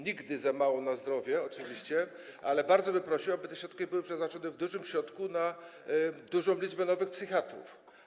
Nigdy za mało na zdrowie oczywiście, ale bardzo bym prosił, aby te środki były przeznaczone w dużym stopniu na dużą liczbę nowych psychiatrów.